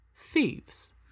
Thieves